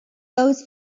goes